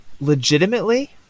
Legitimately